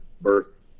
birth